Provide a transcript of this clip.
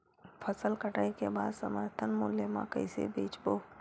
फसल कटाई के बाद समर्थन मूल्य मा कइसे बेचबो?